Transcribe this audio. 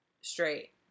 straight